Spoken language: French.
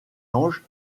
ange